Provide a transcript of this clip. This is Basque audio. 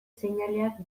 seinaleak